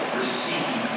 receive